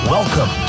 Welcome